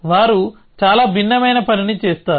వారు చాలా భిన్నమైన పనిని చేస్తారు